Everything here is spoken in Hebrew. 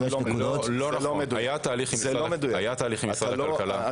היה תהליך עם משרד הכלכלה.